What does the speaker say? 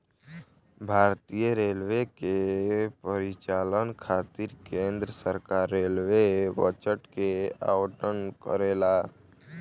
भारतीय रेलवे के परिचालन खातिर केंद्र सरकार रेलवे बजट के आवंटन करेला